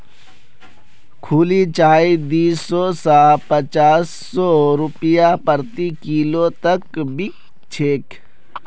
खुली चाय दी सौ स पाँच सौ रूपया प्रति किलो तक बिक छेक